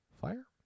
fire